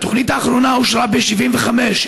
התוכנית האחרונה אושרה ב-1975,